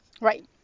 Right